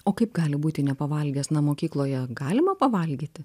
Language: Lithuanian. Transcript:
o kaip gali būti nepavalgęs na mokykloje galima pavalgyti